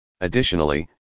Additionally